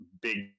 big